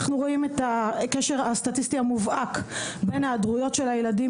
אנחנו רואים את הקשר הסטטיסטי המובהק בין היעדרויות של הילדים